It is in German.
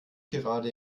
gerade